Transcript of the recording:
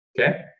okay